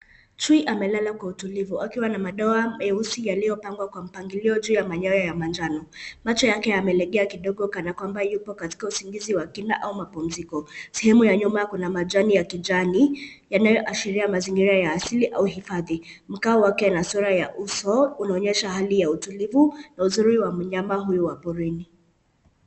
Chui amelala kwa utulivu akiwa na madoa meusi yaliyopangwa kwa mpangilio juu ya manyoya ya majano. Macho yamelegea kidogo kana kwamba yupo katika suingizi wa kina au mapumziko. Sehemu ya nyuma kuna majani ya kijani yanayoashiria mazingira ya asilia au hekadhi, mkao wake na sura ya uso unaonyesha hali ya utulivu na uzuri wa wamyama huyu wa porini.